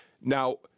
Now